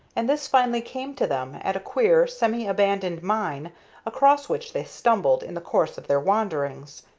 and this finally came to them at a queer, semi-abandoned mine across which they stumbled in the course of their wanderings.